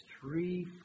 three